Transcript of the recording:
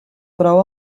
prou